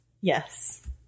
Yes